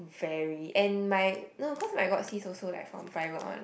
fairly and my no cause my god sis also like from private one lah